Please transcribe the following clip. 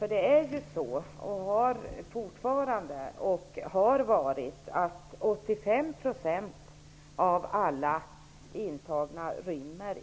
här. Det är ju så -- och så har det varit tidigare också -- att 85 % av de intagna aldrig rymmer.